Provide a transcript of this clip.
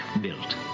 built